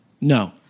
No